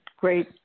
great